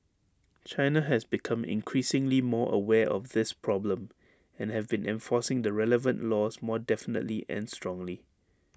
China has become increasingly more aware of this problem and have been enforcing the relevant laws more definitely and strongly